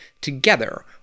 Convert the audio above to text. together